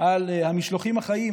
על המשלוחים החיים,